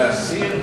לוועדת הכספים.